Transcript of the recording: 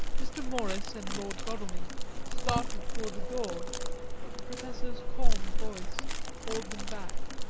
mr. morris and lord godalming started for the door but the professor's calm voice called them back